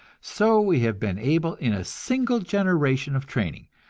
so we have been able, in a single generation of training,